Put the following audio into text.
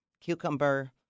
cucumber